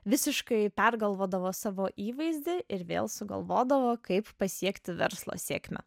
visiškai pergalvodavo savo įvaizdį ir vėl sugalvodavo kaip pasiekti verslo sėkmę